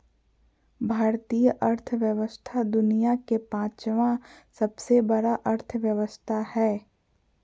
भारतीय अर्थव्यवस्था दुनिया के पाँचवा सबसे बड़ा अर्थव्यवस्था हय